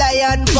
Lion